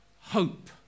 Hope